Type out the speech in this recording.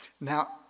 Now